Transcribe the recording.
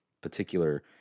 particular